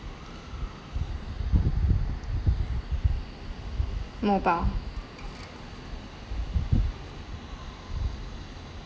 mobile